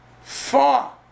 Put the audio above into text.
far